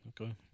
okay